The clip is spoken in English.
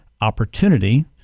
opportunity